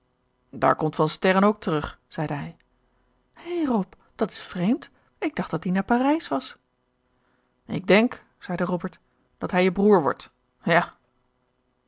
daar komt van sterren ook terug zeide hij hè rob dat is vreemd ik dacht dat die naar parijs was ik denk zeide robert dat hij je broer wordt ja